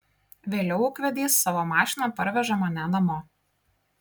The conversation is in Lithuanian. vėliau ūkvedys savo mašina parveža mane namo